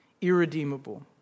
irredeemable